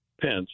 Pence